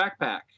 backpack